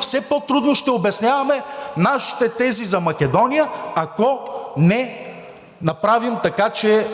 все по-трудно ще обясняваме нашите тези за Македония, ако не направим така, че да